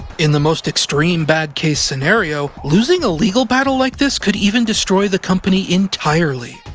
in the most extreme bad case scenario, losing a legal battle like this could even destroy the company entirely.